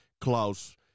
Klaus